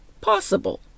possible